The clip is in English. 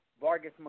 Vargas